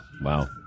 Wow